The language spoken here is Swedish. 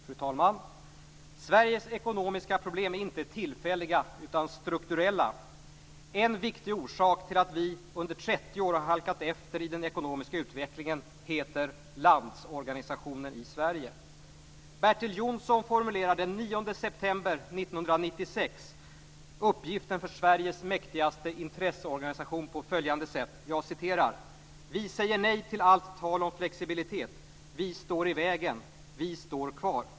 Fru talman! Sveriges ekonomiska problem är inte tillfälliga utan strukturella. En viktig orsak till att vi under 30 år har halkat efter i den ekonomiska utvecklingen heter Landsorganisationen i Sverige. Bertil Jonsson formulerade den 9 september 1996 uppgiften för Sveriges mäktigaste intresseorganisation på följande sätt: "Vi säger nej till allt tal om flexibilitet. Vi står i vägen. Vi står kvar."